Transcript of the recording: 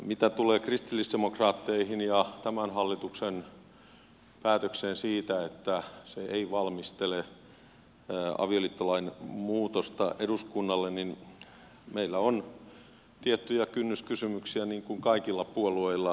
mitä tulee kristillisdemokraatteihin ja tämän hallituksen päätökseen siitä että se ei valmistele avioliittolain muutosta eduskunnalle niin meillä on tiettyjä kynnyskysymyksiä niin kuin kaikilla puolueilla